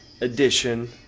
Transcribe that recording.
edition